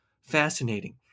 fascinating